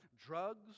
drugs